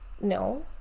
no